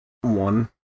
One